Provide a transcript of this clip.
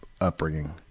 upbringing